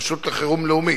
הרשות לחירום לאומית.